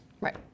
Right